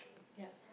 ya